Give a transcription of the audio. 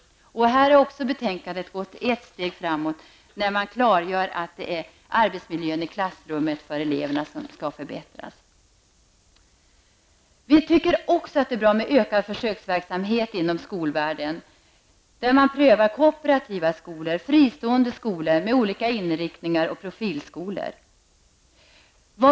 Även här har betänkandet gått ett steg framåt när man klargör att det är arbetsmiljön för eleverna i klassrummet som skall förbättras. Vi tycker också att det är bra med ökad försöksverksamhet inom skolvärlden, varvid man prövar kooperativa skolor, fristående skolor med olika inriktning och profilskolor.